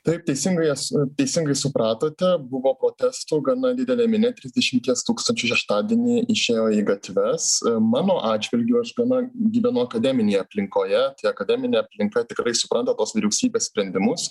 taip teisingai jas teisingai supratote buvo protestų gana didelė minia trisdešimties tūkstančių šeštadienį išėjo į gatves mano atžvilgiu aš gana gyvenu akademinėj aplinkoje tai akademinė aplinka tikrai supranta tuos vyriausybės sprendimus